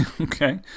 okay